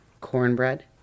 Cornbread